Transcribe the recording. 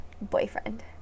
boyfriend